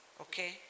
Okay